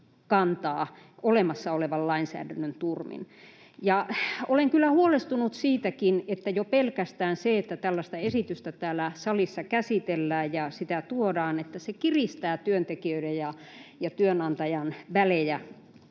kantaa olemassa olevan lainsäädännön turvin. Olen kyllä huolestunut siitäkin, että jo pelkästään se, että tällaista esitystä täällä salissa käsitellään ja sitä tuodaan, kiristää työntekijöiden ja työnantajan välejä